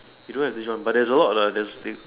you don't have these one but there is a lot a that's the thing